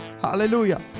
Hallelujah